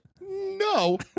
no